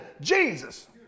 jesus